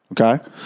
Okay